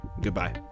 goodbye